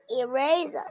eraser